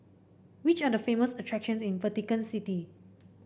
which are the famous attractions in Vatican City